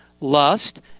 lust